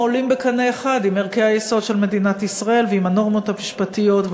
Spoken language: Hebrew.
העולים בקנה אחד עם ערכי היסוד של מדינת ישראל ועם הנורמות המשפטיות.